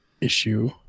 issue